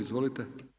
Izvolite!